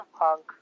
Punk